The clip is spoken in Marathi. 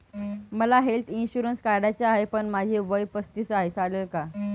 मला हेल्थ इन्शुरन्स काढायचा आहे पण माझे वय पस्तीस आहे, चालेल का?